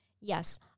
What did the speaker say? Yes